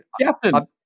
Captain